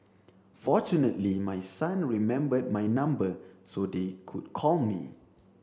fortunately my son remembered my number so they could call me